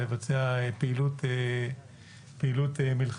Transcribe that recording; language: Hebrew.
לבצע פעילות מלחמתית